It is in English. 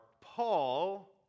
Paul